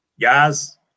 guys